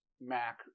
mac